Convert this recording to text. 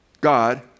God